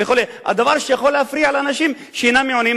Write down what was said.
דבר שיכול להפריע לאנשים שאינם מעוניינים